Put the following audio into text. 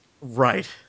Right